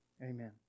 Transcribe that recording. Amen